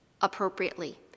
appropriately